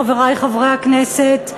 חברי חברי הכנסת,